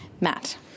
Matt